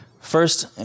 First